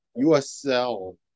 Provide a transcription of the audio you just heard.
USL